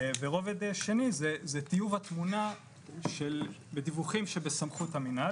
רובד שני זה טיוב התמונה בדיווחים שבסמכות המנהל,